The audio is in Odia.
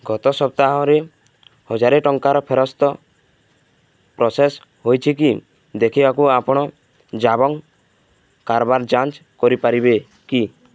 ଗତ ସପ୍ତାହରେ ହଜାର ଟଙ୍କାର ଫେରସ୍ତ ପ୍ରସେସ୍ ହୋଇଛି କି ଦେଖିବାକୁ ଆପଣ ଜାବଙ୍ଗ୍ କାରବାର ଯାଞ୍ଚ କରିପାରିବେ କି